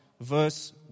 verse